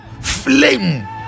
flame